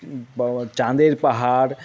বা চাঁদের পাহাড়